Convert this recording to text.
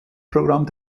programm